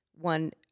one